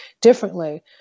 differently